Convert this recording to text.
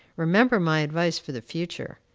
remember my advice for the future.